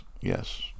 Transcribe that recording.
yes